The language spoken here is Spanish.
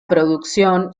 producción